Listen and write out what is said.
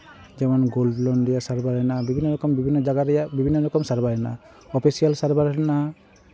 ᱡᱮᱢᱚᱱ gold loan ᱨᱮᱭᱟᱜ ᱥᱟᱨᱵᱷᱟᱨ ᱦᱮᱱᱟᱜᱼᱟ ᱵᱤᱵᱷᱤᱱᱱᱚ ᱨᱚᱠᱚᱢ ᱵᱤᱵᱷᱤᱱᱱᱚ ᱡᱟᱭᱜᱟ ᱨᱮᱭᱟᱜ ᱵᱤᱵᱷᱤᱱᱱᱚ ᱨᱚᱠᱚᱢ ᱥᱟᱨᱵᱷᱟᱨ ᱦᱮᱱᱟᱜᱼᱟ ᱚᱯᱷᱤᱥᱤᱭᱟᱞ ᱥᱟᱨᱵᱷᱟᱨ ᱦᱮᱱᱟᱜᱼᱟ